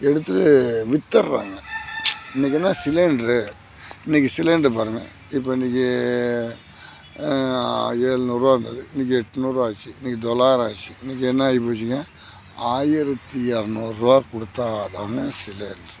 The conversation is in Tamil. எடுத்து விற்றுறாங்க இன்னக்கு என்ன சிலிண்ட்ரு இன்னக்கு சிலிண்ட்ரு பாருங்கள் இப்போ இன்னக்கு எழுநூறுரூவா இருந்தது இன்னக்கு எட்நூறுரூவா ஆச்சு இன்னக்கு தொள்ளாயிரம் ஆச்சு இன்னக்கு என்னாயிப்போச்சுங்க ஆயிரத்து எரநூறுரூவா கொடுத்தா தாங்க சிலிண்ட்ரு